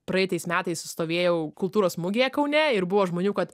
praeitais metais stovėjau kultūros mugėje kaune ir buvo žmonių kad